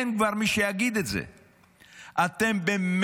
אין כבר מי שיגיד את זה.